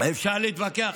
אפשר להתווכח